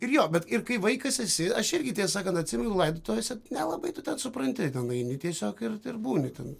ir jo bet kai vaikas esi aš irgi tiesakant atsimenu laidotuvėse nelabai tu ten supranti ten eini tiesiog ir būni ten